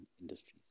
industries